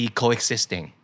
coexisting